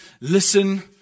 Listen